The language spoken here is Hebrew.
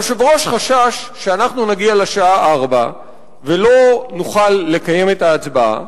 היושב-ראש חשש שאנחנו נגיע לשעה 16:00 ולא נוכל לקיים את ההצבעה,